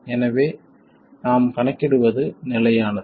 எனவே நாம் கணக்கிடுவது நிலையானது